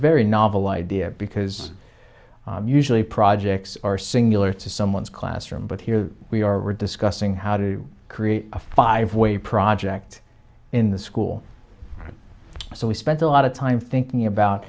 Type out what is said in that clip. very novel idea because usually projects are singular to someone's classroom but here we are were discussing how to create a five way project in the school so we spent a lot of time thinking